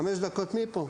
חמש דקות מפה.